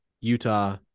utah